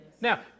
Now